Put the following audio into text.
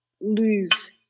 lose